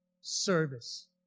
service